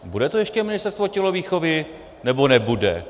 Bude to ještě ministerstvo tělovýchovy, nebo nebude?